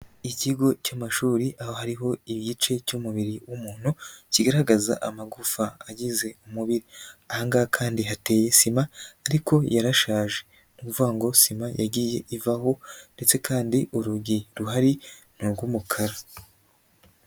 Ikigo cy'amashuri aho hariho igice cy'umubiri w'umuntu kigaragaza amagufa agize umubiri, aha ngaha kandi hateye sima ariko yarashaje, ni ukuvuga ngo sima yagiye ivaho ndetse kandi urugi ruhari ni urw'umukara.